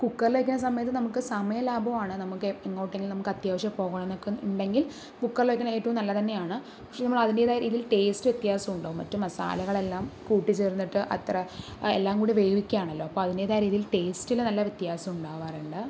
കുക്കറിൽ വയ്ക്കുന്ന സമയത്ത് നമുക്ക് സമയലാഭം ആണ് നമുക്ക് എങ്ങോട്ടെങ്കിലും നമുക്കത്യാവശ്യം പോകണം എന്നൊക്കെ ഉണ്ടെങ്കിൽ കുക്കറിൽ വെക്കണതാണു ഏറ്റവും നല്ലത് തന്നെയാണ് പക്ഷേ നമ്മളതിന്റേതായ രീതിയിൽ ടേസ്റ്റ് വ്യത്യാസം ഉണ്ടാവും മറ്റ് മസാലകളെല്ലാം കൂട്ടിച്ചേർന്നിട്ട് അത്ര എല്ലാം കൂടി വേവിക്കുകയാണല്ലോ അപ്പോൾ അതിന്റേതായ രീതിയിൽ ടേസ്റ്റില് നല്ല വ്യത്യാസമുണ്ടാവാറുണ്ട്